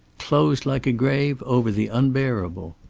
closed like a grave over the unbearable!